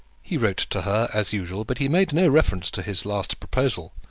he wrote to her as usual but he made no reference to his last proposal,